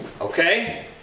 okay